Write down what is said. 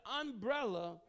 umbrella